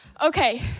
Okay